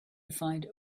find